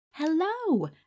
Hello